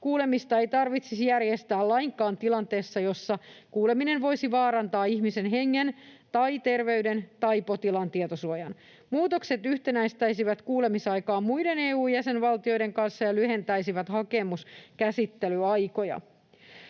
Kuulemista ei tarvitsisi järjestää lainkaan tilanteessa, jossa kuuleminen voisi vaarantaa ihmisen hengen tai terveyden tai potilaan tietosuojan. Muutokset yhtenäistäisivät kuulemisaikaa muiden EU-jäsenvaltioiden kanssa ja lyhentäisivät hakemuskäsittelyaikoja.